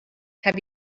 have